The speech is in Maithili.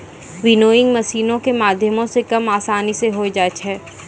विनोइंग मशीनो के माध्यमो से काम असानी से होय जाय छै